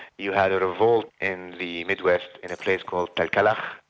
you had a revolt in the mid-west in a place called talkalakh,